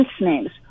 names